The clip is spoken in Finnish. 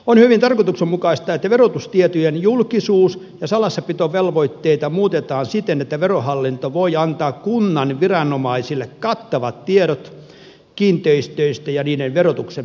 on hyvin tarkoituksenmukaista että verotustietojen julkisuus ja salassapitovelvoitteita muutetaan siten että verohallinto voi antaa kunnan viranomaisille kattavat tiedot kiinteistöistä ja niiden verotuksen perusteista